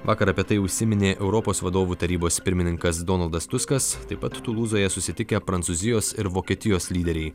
vakar apie tai užsiminė europos vadovų tarybos pirmininkas donaldas tuskas taip pat tulūzoje susitikę prancūzijos ir vokietijos lyderiai